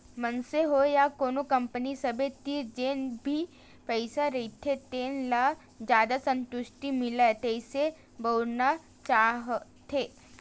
मनसे होय या कोनो कंपनी सबे तीर जेन भी पइसा रहिथे तेन ल जादा संतुस्टि मिलय तइसे बउरना चाहथे